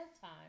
time